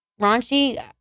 raunchy